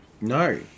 No